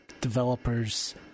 developers